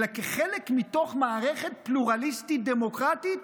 אלא כחלק מתוך מערכת פלורליסטית דמוקרטית,